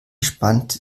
spannt